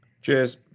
Cheers